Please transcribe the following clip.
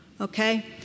Okay